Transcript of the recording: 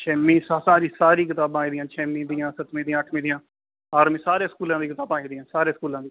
छेमीं सारी सारी कताबां आई दियां न छेमीं दियां सत्तमीं दियां अठमीं दियां आर्मी सारें स्कूलें दियां कताबां आई दियां सारें स्कूलें दी